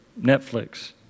Netflix